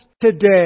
today